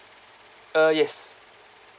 uh yes